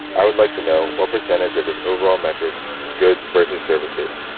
i would like to know what percentage of his overall metric is goods versus services?